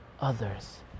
others